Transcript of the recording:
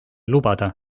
lubada